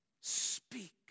speak